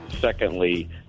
Secondly